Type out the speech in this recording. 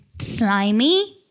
Slimy